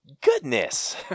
Goodness